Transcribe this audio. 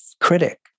critic